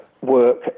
work